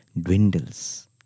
dwindles